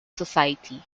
society